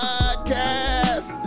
Podcast